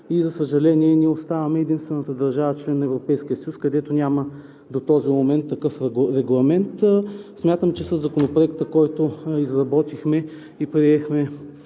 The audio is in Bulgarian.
И, за съжаление, ние оставаме единствената държава – член на Европейския съюз, където до този момент няма такъв регламент. Смятам, че със Законопроекта, който изработихме и приехме